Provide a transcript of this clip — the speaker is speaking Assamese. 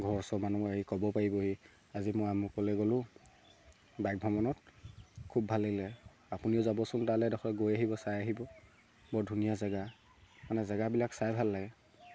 ঘৰৰ ওচৰৰ মানুহ আহি ক'ব পাৰিবহি এই আজি মই আমুকলে গ'লোঁ বাইক ভ্ৰমণত খুব ভাল লাগিলে আপুনিও যাবচোন তালে ডখৰ গৈ আহিব চাই আহিব বৰ ধুনীয়া জেগা মানে জেগাবিলাক চাই ভাল লাগে